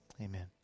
amen